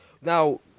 Now